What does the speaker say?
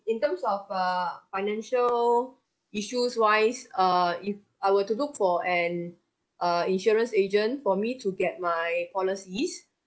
in terms of err financial issues wise err if I were to look for an uh insurance agent for me to get my policies